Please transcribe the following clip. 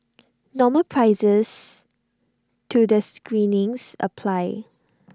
normal prices to the screenings apply